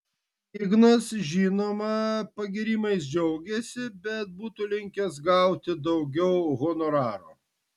ignas žinoma pagyrimais džiaugėsi bet būtų linkęs gauti daugiau honoraro